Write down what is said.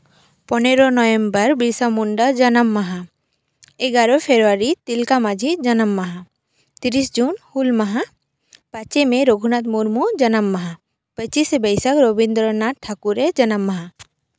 ᱯᱚᱱᱮᱨᱳᱭ ᱱᱚᱵᱷᱮᱢᱵᱚᱨ ᱵᱤᱨᱥᱟ ᱢᱩᱱᱰᱟ ᱡᱟᱱᱟᱢ ᱢᱟᱦᱟ ᱮᱜᱟᱨᱳ ᱯᱷᱮᱵᱽᱨᱩᱣᱟᱨᱤ ᱛᱤᱞᱠᱟᱹ ᱢᱟᱹᱡᱷᱤ ᱡᱟᱱᱟᱢ ᱢᱟᱦᱟ ᱛᱤᱨᱤᱥ ᱡᱩᱱ ᱦᱩᱞ ᱢᱟᱦᱟ ᱯᱟᱸᱪᱮᱭ ᱢᱮ ᱯᱚᱸᱰᱤᱛ ᱨᱟᱹᱜᱷᱩᱱᱟᱛᱷ ᱢᱩᱨᱢᱩ ᱡᱟᱱᱟᱢ ᱢᱟᱦᱟ ᱯᱚᱸᱪᱤᱥᱮ ᱵᱟᱹᱭᱥᱟᱹᱠ ᱨᱚᱵᱤᱱᱫᱨᱚᱱᱟᱛᱷ ᱴᱷᱟᱹᱠᱩᱨᱟᱜ ᱡᱟᱱᱟᱢ ᱢᱟᱦᱟ